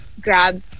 grab